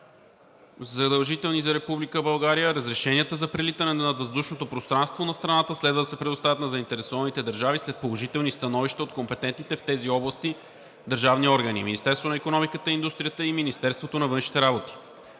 Република България, разрешенията за прелитане над въздушното пространство на страната следва да се предоставят на заинтересованите държави след положителни становища от компетентните в тези области държавни органи – Министерството на икономиката и индустрията и Министерството на външните работи.